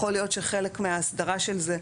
יכול להיות שחלק מההסדרה של זה,